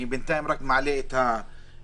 בינתיים אני רק מעלה את הדברים.